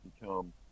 become